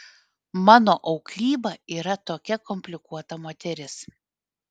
mano auklyba yra tokia komplikuota moteris